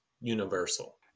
universal